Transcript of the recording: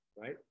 right